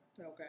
Okay